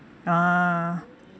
ah